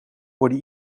worden